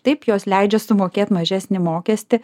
taip jos leidžia sumokėt mažesnį mokestį